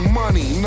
money